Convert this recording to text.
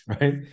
right